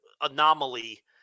anomaly